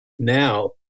Now